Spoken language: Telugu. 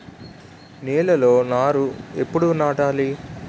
నేలలో నారు ఎప్పుడు నాటాలి?